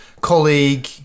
colleague